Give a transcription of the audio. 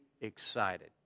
excited